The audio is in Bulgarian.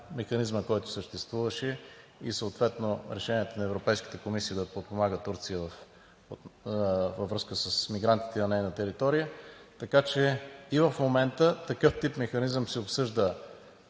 механизма, който съществуваше и съответно решенията на Европейската комисия да подпомага Турция във връзка с мигрантите на нейна територия. Така че и в момента такъв тип механизъм се обсъжда